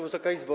Wysoka Izbo!